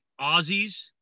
Aussies